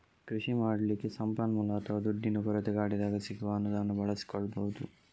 ಕೃಷಿ ಮಾಡ್ಲಿಕ್ಕೆ ಸಂಪನ್ಮೂಲ ಅಥವಾ ದುಡ್ಡಿನ ಕೊರತೆ ಕಾಡಿದಾಗ ಸಿಗುವ ಅನುದಾನ ಬಳಸಿಕೊಳ್ಬಹುದು